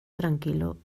tranquilo